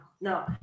No